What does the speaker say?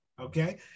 okay